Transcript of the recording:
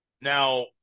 Now